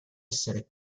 essere